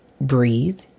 breathe